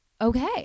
Okay